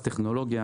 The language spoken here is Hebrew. בועז, טכנולוגיה